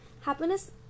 Happiness